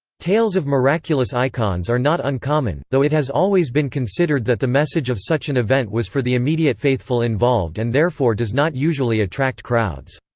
tales of miraculous icons are not uncommon, though it has always been considered that the message of such an event was for the immediate faithful involved and therefore does not usually attract crowds.